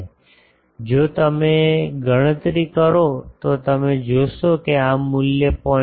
તેથી જો તમે ગણતરી કરો તો તમે જોશો કે આ મૂલ્ય 0